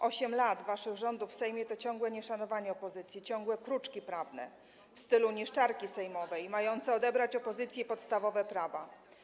8 lat waszych rządów w Sejmie to ciągłe nieszanowanie opozycji, ciągłe kruczki prawne w stylu niszczarki sejmowej mające odebrać opozycji podstawowe prawa.